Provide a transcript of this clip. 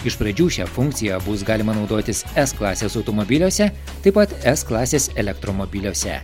iš pradžių šia funkcija bus galima naudotis s klasės automobiliuose taip pat s klasės elektromobiliuose